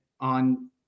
on